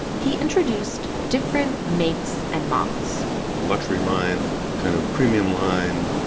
he introduced different makes and models a luxury line, a kind of premium line,